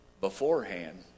beforehand